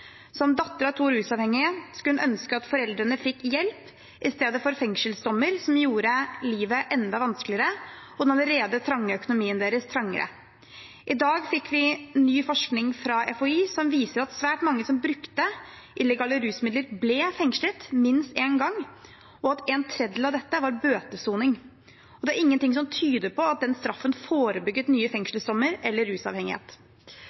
Som datter av to rusavhengige skulle hun ønske at foreldrene fikk hjelp i stedet for fengselsdommer som gjorde livet enda vanskeligere og den allerede trange økonomien deres enda trangere. I dag fikk vi ny forskning fra FHI som viser at svært mange som brukte illegale rusmidler, ble fengslet minst én gang, og at en tredjedel av dette var bøtesoning. Det er ingenting som tyder på at den straffen forebygget nye fengselsdommer eller rusavhengighet.